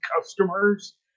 customers